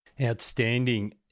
Outstanding